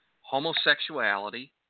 homosexuality